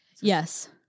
Yes